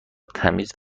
تمیز